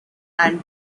and